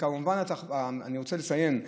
כמובן, אני רוצה לציין,